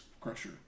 crusher